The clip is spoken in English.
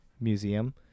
museum